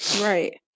Right